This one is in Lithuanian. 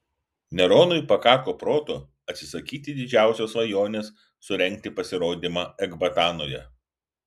neronui pakako proto atsisakyti didžiausios svajonės surengti pasirodymą ekbatanoje